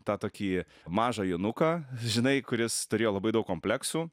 tą tokį mažą jonuką žinai kuris turėjo labai daug kompleksų